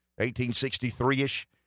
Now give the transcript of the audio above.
1863-ish